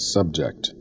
Subject